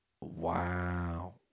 wow